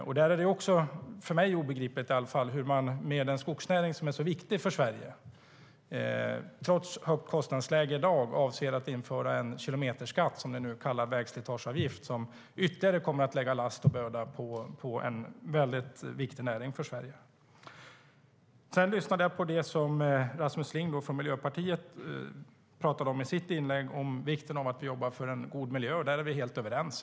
Men med en skogsnäring som är så viktig för Sverige är det för mig obegripligt att ni trots dagens höga kostnadsläge avser att införa en kilometerskatt - ni kallar den vägslitageavgift - som kommer att lägga ytterligare last och börda på denna för Sverige viktiga näring. Rasmus Ling från Miljöpartiet talade i sitt inlägg om vikten av att vi jobbar för en god miljö. Här är vi helt överens.